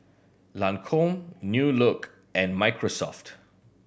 Lancome New Look and Microsoft